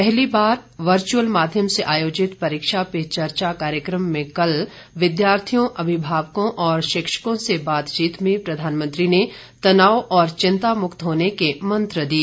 पहली बार वर्चुअल माध्यम से आयोजित परीक्षा पे चर्चा कार्यक्रम में कल विद्यार्थियों अभिभावकों और शिक्षकों से बातचीत में प्रधानमंत्री ने तनाव और चिंता मुक्त होने के मंत्र दिए